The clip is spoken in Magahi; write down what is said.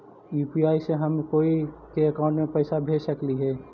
यु.पी.आई से हम कोई के अकाउंट में पैसा भेज सकली ही?